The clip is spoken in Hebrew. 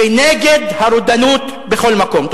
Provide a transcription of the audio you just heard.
ונגד הרודנות בכל מקום.